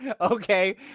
okay